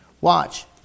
watch